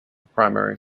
primary